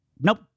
Nope